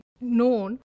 known